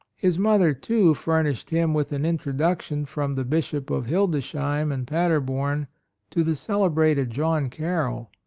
his mother, too, furnished him with an introduction from the bishop of hildesheim and paderborn to the celebrated john carroll,